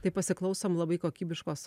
tai pasiklausom labai kokybiškos